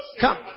Come